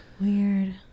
Weird